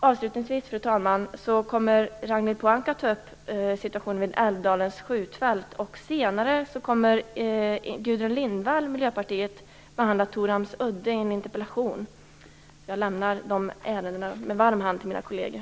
Avslutningsvis, fru talman, kommer Ragnhild Pohanka att ta upp situationen vid Älvdalens skjutfält. Senare kommer Gudrun Lindvall från Miljöpartiet att behandla Torhamns udde i en interpellation. Jag överlämnar dessa ärenden med varm hand till mina kolleger.